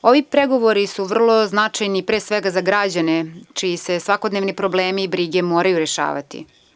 Ovi pregovori su vrlo značajni pre svega za građane čiji su svakodnevni problemi i brige moraju rešavati.